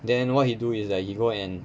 then what he do is that he go and